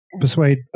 persuade